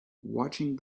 watching